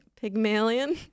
*Pygmalion*